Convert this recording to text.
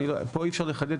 פה אי-אפשר לחדד,